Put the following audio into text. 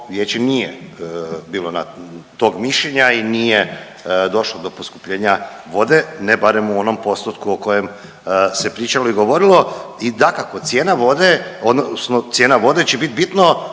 nije bilo na, tog mišljenja i nije došlo do poskupljenja vode, ne barem u onom postotku o kojem se pričalo i govorilo i dakako, cijena vode, odnosno cijena vode će biti bitno